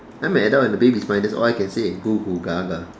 I'm an adult in a baby's mind that's all I can say googoogaga